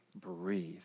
breathe